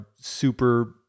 super